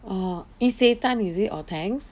orh Isetan is it or Tangs